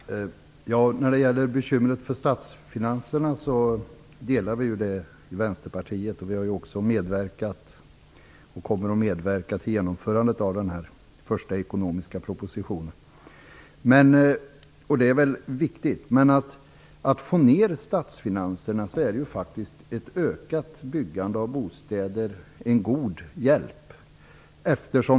Fru talman! Vänsterpartiet delar bekymren för statsfinanserna. Vi har också medverkat och kommer att medverka till genomförandet av den första ekonomiska propositionen. Det är viktigt. Men för att få ordning på statsfinanserna är faktiskt ett ökat byggande av bostäder en god hjälp.